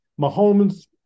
Mahomes